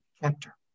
chapter